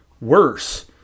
worse